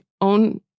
own